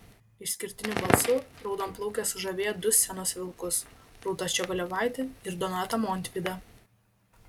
išskirtiniu balsu raudonplaukė sužavėjo du scenos vilkus rūtą ščiogolevaitę ir donatą montvydą